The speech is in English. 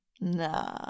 Nah